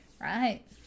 right